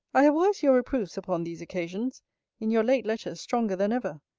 i have always your reproofs upon these occasions in your late letters stronger than ever.